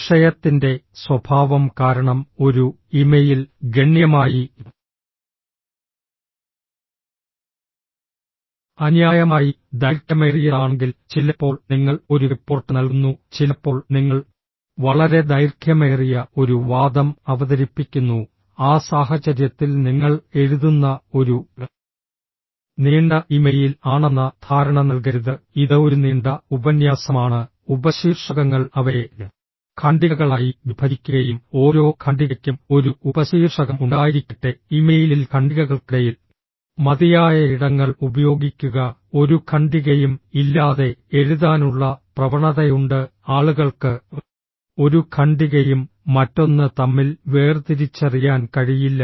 വിഷയത്തിന്റെ സ്വഭാവം കാരണം ഒരു ഇമെയിൽ ഗണ്യമായി അന്യായമായി ദൈർഘ്യമേറിയതാണെങ്കിൽ ചിലപ്പോൾ നിങ്ങൾ ഒരു റിപ്പോർട്ട് നൽകുന്നു ചിലപ്പോൾ നിങ്ങൾ വളരെ ദൈർഘ്യമേറിയ ഒരു വാദം അവതരിപ്പിക്കുന്നു ആ സാഹചര്യത്തിൽ നിങ്ങൾ എഴുതുന്ന ഒരു നീണ്ട ഇമെയിൽ ആണെന്ന ധാരണ നൽകരുത് ഇത് ഒരു നീണ്ട ഉപന്യാസമാണ് ഉപശീർഷകങ്ങൾ അവയെ ഖണ്ഡികകളായി വിഭജിക്കുകയും ഓരോ ഖണ്ഡികയ്ക്കും ഒരു ഉപശീർഷകം ഉണ്ടായിരിക്കട്ടെ ഇമെയിലിൽ ഖണ്ഡികകൾക്കിടയിൽ മതിയായ ഇടങ്ങൾ ഉപയോഗിക്കുക ഒരു ഖണ്ഡികയും ഇല്ലാതെ എഴുതാനുള്ള പ്രവണതയുണ്ട് ആളുകൾക്ക് ഒരു ഖണ്ഡികയും മറ്റൊന്ന് തമ്മിൽ വേർതിരിച്ചറിയാൻ കഴിയില്ല